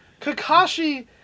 Kakashi